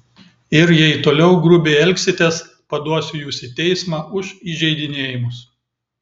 ir jei toliau grubiai elgsitės paduosiu jus į teismą už įžeidinėjimus